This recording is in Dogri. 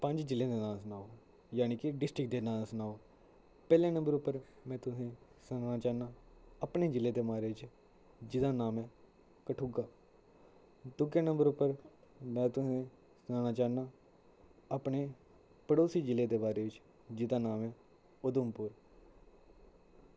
पंज जिलें दे नांऽ सनाओ यानि कि डिस्ट्रिक्ट दे नांऽ सनाओ पैह्ले नंबर उप्पर में तुसें सनाना चाह्नां अपने जिले दे बारे च जेह्दा नाम ऐ कठुआ दुगे नंबर उप्पर में तुसें सनाना चाह्नां अपने पड़ोसी जिले दे बारे च जेह्दा नाम ऐ उधमपुर